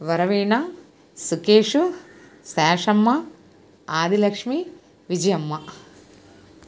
Varaveena Sukeshu Shashamma Adilakshmi Vijayamma